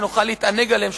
שנוכל להתענג עליהן,